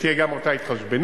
ותהיה גם אותה התחשבנות,